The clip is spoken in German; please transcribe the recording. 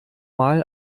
mal